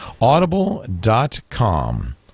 Audible.com